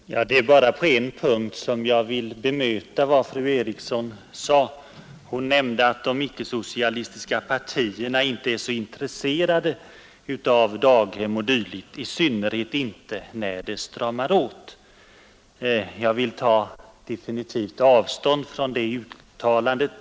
Herr talman! Det är bara på en punkt jag vill bemöta vad fru Eriksson i Stockholm sade. Hon påstod att de icke-socialistiska partierna inte är så intresserade av daghem och dylikt, i synnerhet inte när det stramar åt i konjunkturen. Jag vill definitivt ta avstånd från det uttalandet.